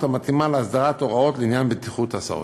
המתאימה להסדרת הוראות לעניין בטיחות הסעות.